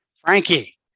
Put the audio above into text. Frankie